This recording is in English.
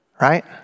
Right